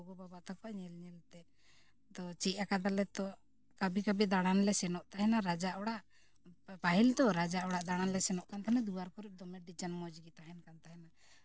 ᱜᱚᱜᱚ ᱵᱟᱵᱟ ᱛᱟᱠᱚᱣᱟᱜ ᱧᱮᱞ ᱧᱮᱞᱛᱮ ᱛᱚ ᱪᱮᱫ ᱟᱠᱟᱫᱟᱞᱮ ᱛᱚ ᱠᱟᱵᱷᱤ ᱠᱟᱵᱷᱤ ᱫᱟᱬᱟᱱ ᱞᱮ ᱥᱮᱱᱚᱜ ᱛᱟᱦᱮᱱᱟ ᱨᱟᱡᱟ ᱚᱲᱟᱜ ᱯᱟᱹᱦᱤᱞ ᱛᱚ ᱨᱟᱡᱟ ᱚᱲᱟᱜ ᱫᱟᱬᱟᱱ ᱞᱮ ᱥᱮᱱᱚᱜ ᱠᱟᱱ ᱛᱟᱦᱮᱱᱟ ᱫᱩᱣᱟᱹᱨ ᱠᱚᱨᱮ ᱫᱚᱢᱮ ᱰᱤᱡᱟᱭᱮᱱ ᱢᱚᱡᱽ ᱜᱮ ᱛᱟᱦᱮᱱ ᱠᱟᱱ ᱛᱟᱦᱮᱱᱟ